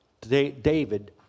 David